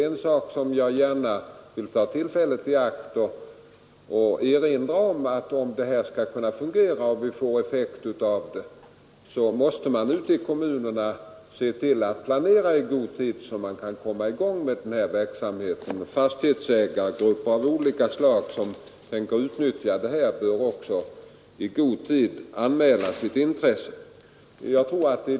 Men jag vill ta tillfället i akt att erinra om att om den verksamheten skall kunna fungera och ge resultat, måste man ute i kommunerna se till att planera i god tid, så att man kan komma i gång utan dröjsmål. Fastighetsägargrupper av olika slag, som tänker utnyttja den här möjligheten, bör självfallet också i god tid anmäla sitt intresse.